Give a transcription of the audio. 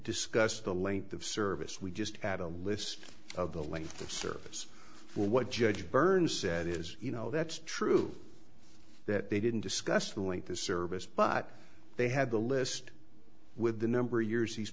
discuss the length of service we just had a list of the length of service for what judge burns said is you know that's true that they didn't discuss the link the service but they had the list with a number of years these